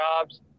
jobs